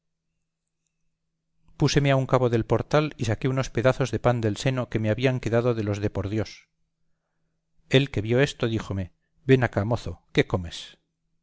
púseme a un cabo del portal y saqué unos pedazos de pan del seno que me habían quedado de los de por dios él que vio esto díjome ven acá mozo qué comes